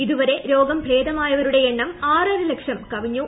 ഇതുവരെ രോഗം ഭേദമായവരുടെ എണ്ണം ആറര ലക്ഷം കവിഞ്ഞു